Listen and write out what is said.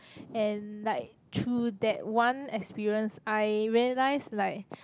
and like through that one experience I realised like